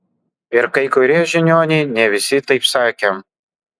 ir kai kurie žiniuoniai ne visi taip sakė